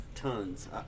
Tons